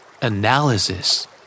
Analysis